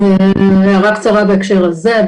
הערה קצרה בהקשר הזה.